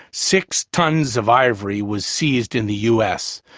six tons of ivory was seized in the u. s.